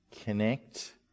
connect